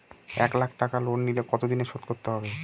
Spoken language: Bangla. এক লাখ টাকা লোন নিলে কতদিনে শোধ করতে হবে?